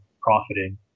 profiting